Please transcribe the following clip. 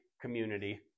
community